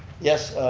yes,